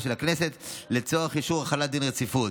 של הכנסת לצורך אישור החלת דין רציפות.